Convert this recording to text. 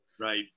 Right